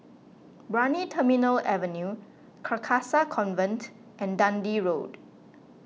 Brani Terminal Avenue Carcasa Convent and Dundee Road